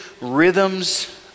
rhythms